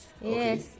yes